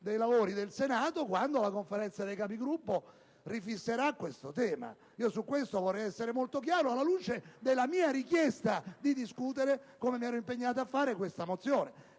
dei lavori del Senato, quando la Conferenza dei Capigruppo fisserà nuovamente questo tema. Su questo vorrei essere molto chiaro, alla luce della mia richiesta di discutere, come mi ero impegnato a fare, questa mozione,